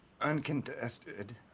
uncontested